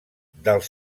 dels